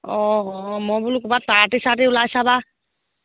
অঁ অ মই বোলো ক'ৰবাত পাৰ্টি চাৰ্টি ওলাইছেবা